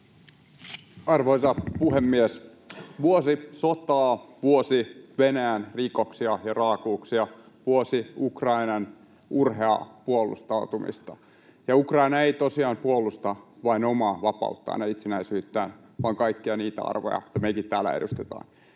Arvoisa puhemies! Vuosi sotaa, vuosi Venäjän rikoksia ja raakuuksia, vuosi Ukrainan urheaa puolustautumista. Ukraina ei tosiaan puolusta vain omaa vapauttaan ja itsenäisyyttään, vaan kaikkia niitä arvoja, mitä mekin täällä edustetaan,